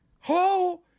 hello